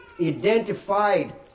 identified